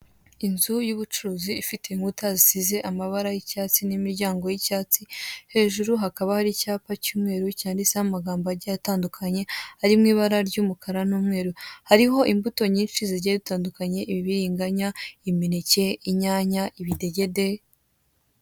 Inzu y'ubucuruzi ifite inkuta zisize amabara y'icyatsi n'imiryango y'icyatsi hejuru hariho icyapa cy'umweru cyanditseho amagambo agiye atandukanye ari mu ibara ry'umukara n'umweru. Hariho imbuto nyinshi zigiye zitandukanye, ibibiringanya, imineke, inyanya, ibidegede.